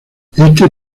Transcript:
este